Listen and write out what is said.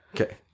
Okay